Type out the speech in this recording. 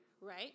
Right